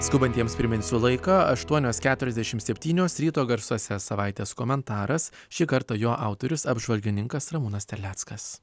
skubantiems priminsiu laiką aštuonios keturiasdešim septynios ryto garsuose savaitės komentaras šį kartą jo autorius apžvalgininkas ramūnas terleckas